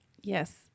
Yes